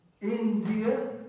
India